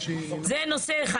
זה נושא אחד.